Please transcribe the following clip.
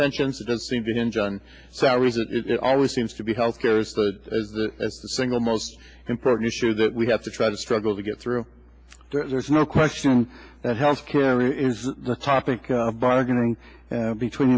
pensions don't seem to hinge on salaries it is it always seems to be health care is the single most important issue that we have to try to struggle to get through there's no question that health care is the topic of bargaining between